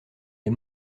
est